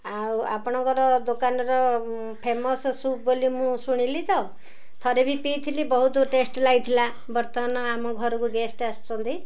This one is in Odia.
ଆଉ ଆପଣଙ୍କର ଦୋକାନର ଫେମସ୍ ସୁପ୍ ବୋଲି ମୁଁ ଶୁଣିଲି ତ ଥରେ ବି ପିଇଥିଲି ବହୁତ ଟେଷ୍ଟ ଲାଗିଥିଲା ବର୍ତ୍ତମାନ ଆମ ଘରକୁ ଗେଷ୍ଟ ଆସିଛନ୍ତି